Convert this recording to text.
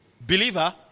believer